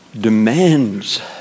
demands